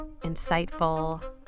insightful